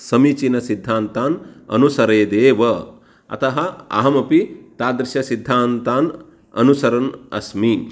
समीचीनसिद्धान्तान् अनुसरेदेव अतः अहमपि तादृशसिद्धान्तान् अनुसरन् अस्मि